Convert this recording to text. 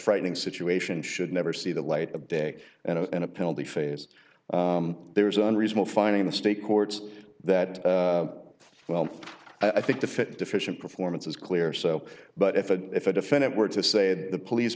frightening situation should never see the light of day and in a penalty phase there is unreasonable finding the state courts that well i think the th deficient performance is clear so but if a if a defendant were to say that the police